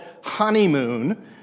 honeymoon